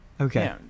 okay